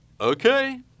Okay